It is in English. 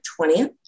20th